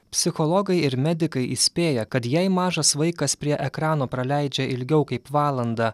psichologai ir medikai įspėja kad jei mažas vaikas prie ekrano praleidžia ilgiau kaip valandą